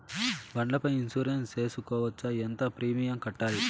బండ్ల పై ఇన్సూరెన్సు సేసుకోవచ్చా? ఎంత ప్రీమియం కట్టాలి?